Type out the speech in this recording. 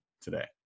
today